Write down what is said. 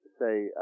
say